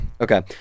Okay